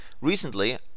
Recently